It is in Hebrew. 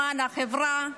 למען החברה.